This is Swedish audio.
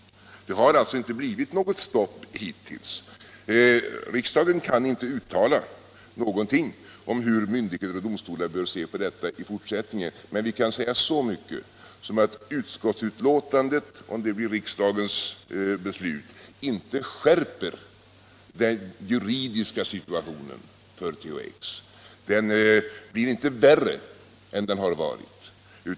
Det har alltså inte blivit något stopp hittills. Riksdagen kan inte uttala någonting om hur myndigheter och domstolar bör se på detta i fortsättningen, men vi kan säga så mycket som att utskottsbetänkandet, om det antas av riksdagen, inte skärper den juridiska situationen för THX. Den blir inte värre än den har varit.